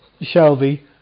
Shelby